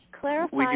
Clarify –